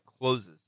closes